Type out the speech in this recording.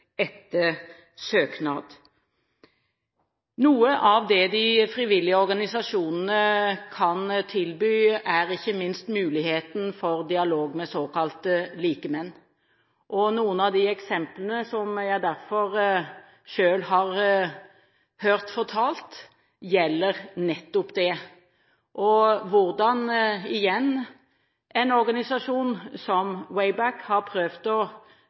Noe av det de frivillige organisasjonene kan tilby, er ikke minst muligheten for dialog med såkalte likemenn. Noen av de eksemplene som jeg selv har hørt fortalt, gjelder nettopp det. Igjen: Hvordan en organisasjon som WayBack har prøvd å